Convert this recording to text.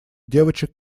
девочек